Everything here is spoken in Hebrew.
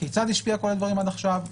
כיצד השפיע על הדברים עד עכשיו,